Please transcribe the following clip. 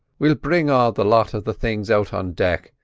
we'll bring all the lot of the things out on deck,